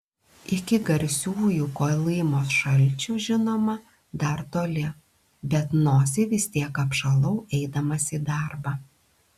iki garsiųjų kolymos šalčių žinoma dar toli bet nosį vis tiek apšalau eidamas į darbą